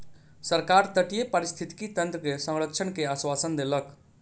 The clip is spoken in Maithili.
सरकार तटीय पारिस्थितिकी तंत्र के संरक्षण के आश्वासन देलक